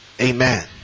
amen